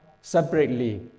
separately